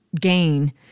gain